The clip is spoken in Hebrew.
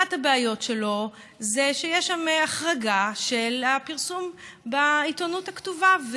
אחת הבעיות שלו זה שיש שם החרגה של הפרסום בעיתונות הכתובה.